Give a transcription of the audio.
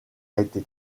été